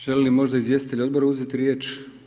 Želi li možda izvjestitelj odbora uzeti riječ?